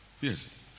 yes